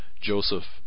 Joseph